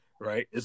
right